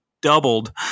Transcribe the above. doubled